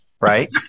right